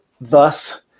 thus